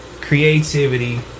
Creativity